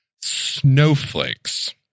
snowflakes